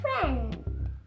friend